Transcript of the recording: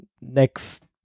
next